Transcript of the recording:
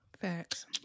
facts